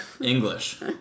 English